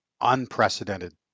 unprecedented